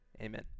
Amen